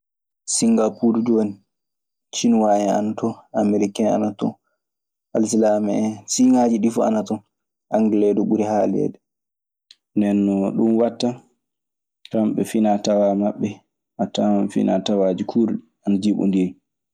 Singaapuur du en, sinuaa en, ameriken ana ton, alsilaame en. Siiŋaaji ɗii fuu ana ton. Angele du ɓuri haaleede. Nden non ɗun waɗta, kamɓe finaa tawaa maɓɓe a tawan finaa tawaaji kuurɗi ana jiiɓondiri.